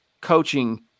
coaching